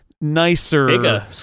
nicer